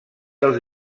els